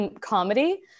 comedy